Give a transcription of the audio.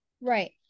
Right